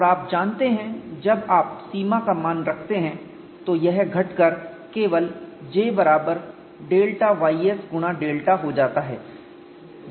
और आप जानते हैं जब आप सीमा का मान रखते हैं तो यह घटकर केवल J बराबर डेल्टा ys गुणा डेल्टा हो जाता है